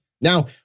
Now